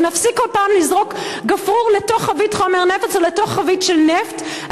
ונפסיק כל פעם לזרוק גפרור לתוך חבית חומר נפץ או לתוך חבית של נפט,